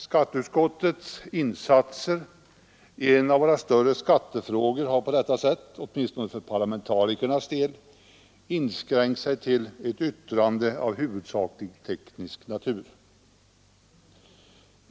Skatteutskottets 105 insatser i en av våra större skattefrågor har på detta sätt, åtminstone för parlamentarikernas del, inskränkt sig till ett yttrande av huvudsakligen teknisk natur.